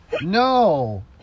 no